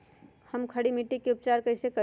हम खड़ी मिट्टी के उपचार कईसे करी?